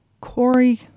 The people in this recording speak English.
Corey